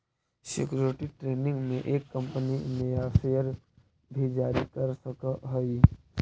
security training में एक company नया शेयर भी जारी कर सकऽ हई